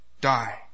die